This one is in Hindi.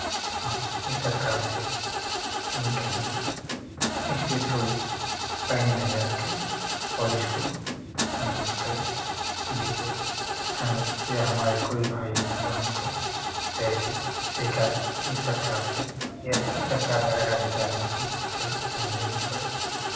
हम इस सरकार से यही कहेंगे कि इस पे थोड़ी पैनी नज़र रखें और इसको दूर करें जिससे हमे या हमारे कोई भाई बहन को ऐसी शिकायत इस सरकार से या इस सरकार में रह रहे अधिकारियों के खिलाफ नहीं देनी पड़े